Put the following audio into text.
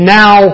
now